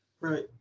right